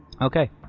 Okay